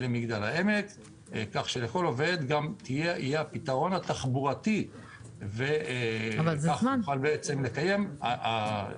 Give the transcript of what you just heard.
כך שלכל עובד יהיה פתרון תחבורתי וכך השינוי